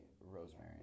Rosemary